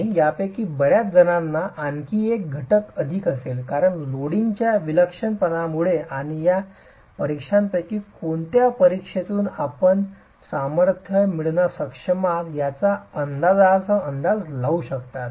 आणि यापैकी बर्याच जणांचा आणखी एक घटक अधिक असेल कारण लोडिंगच्या विलक्षणपणामुळे आणि या परीक्षांपैकी कोणत्या परीक्षेतून आपण सामर्थ्य मिळविण्यास सक्षम आहात त्या अंदाजासह अंदाज लावू शकतात